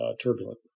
turbulent